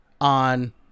on